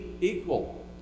equal